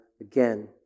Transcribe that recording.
again